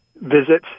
visit